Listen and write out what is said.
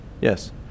Yes